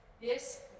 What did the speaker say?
Yes